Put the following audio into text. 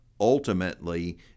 ultimately